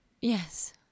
Yes